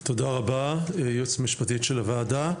תודה רבה היועצת המשפטית של הוועדה.